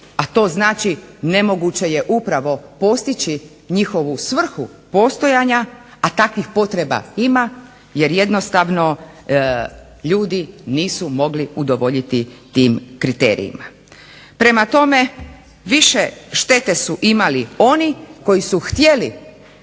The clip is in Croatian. a to znači nemoguće je upravo postići njihovu svrhu postojanja, a takvih potreba ima jer jednostavno ljudi nisu mogli udovoljiti tim kriterijima. Prema tome, više štete su imali oni koji su htjeli